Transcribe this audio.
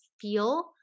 feel